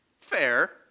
Fair